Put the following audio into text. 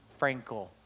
Frankel